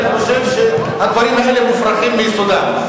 אני חושב שהדברים האלה מופרכים מיסודם.